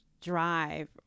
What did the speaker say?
drive